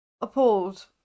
appalled